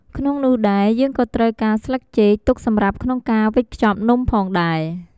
ក្នុងនោះដែរ យើងក៏ត្រូវការស្លឹកចេក ទុកសម្រាប់ក្នុងការវេចខ្ជប់នំផងដែរ។